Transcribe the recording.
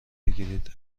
بگیرید